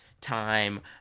time